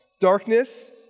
Darkness